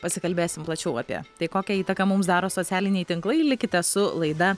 pasikalbėsim plačiau apie tai kokią įtaką mums daro socialiniai tinklai likite su laida